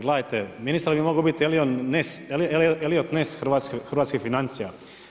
Gledajte ministar bi mogao biti Eliot Ness hrvatskih financija.